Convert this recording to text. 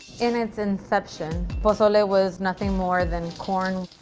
in its inception, pozole ah was nothing more than corn,